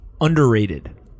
Underrated